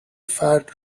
فرد